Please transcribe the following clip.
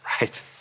Right